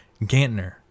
Gantner